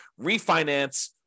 refinance